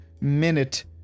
minute